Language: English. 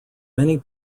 many